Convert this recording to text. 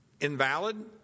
invalid